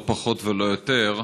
לא פחות ולא יותר,